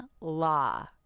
Law